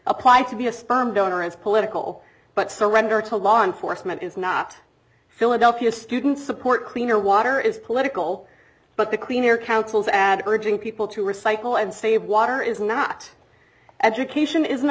applied to be a sperm donor it's political but surrender to law enforcement is not philadelphia student support cleaner water is political but the clean air council's ad urging people to recycle and save water is not education isn't a